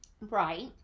Right